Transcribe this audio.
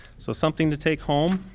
so something to take home.